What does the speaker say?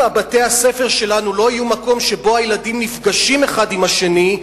אם בתי-הספר שלנו לא יהיו מקום שבו הילדים נפגשים אחד עם השני,